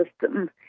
system